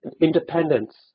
independence